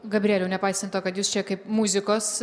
gabrieliau nepaisant to kad jūs čia kaip muzikos